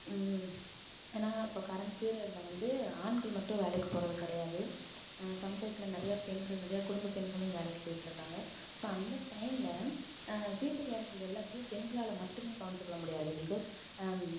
ஏனால் இப்போ கரெண்ட் பீரியடில் வந்து ஆண்கள் மட்டும் வேலைக்கு போகிறது கிடையாது சமுதாயத்தில் நிறையா பெண்கள் நிறையா குடும்ப பெண்களும் வேலைக்கு போயிட்டிருக்காங்க ஸோ அந்த டைமில் வீட்டு வேலைகள் எல்லாத்தையும் பெண்களால் மட்டுமே கவனித்துக்கொள்ள முடியாது பிக்காஸ்